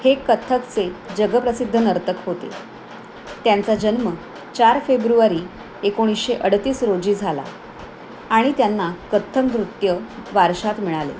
हे कथ्थकचे जगप्रसिद्ध नर्तक होते त्यांचा जन्म चार फेब्रुवारी एकोणीशे अडतीस रोजी झाला आणि त्यांना कथ्थक नृत्य वारशात मिळालं